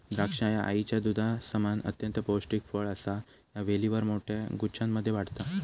द्राक्षा ह्या आईच्या दुधासमान अत्यंत पौष्टिक फळ असा ह्या वेलीवर मोठ्या गुच्छांमध्ये वाढता